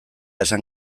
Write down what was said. esan